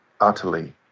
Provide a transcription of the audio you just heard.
utterly